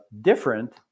different